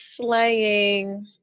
slaying